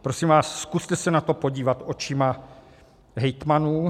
Prosím vás, zkuste se na to podívat očima hejtmanů.